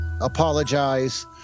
apologize